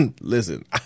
Listen